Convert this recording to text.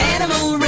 Animal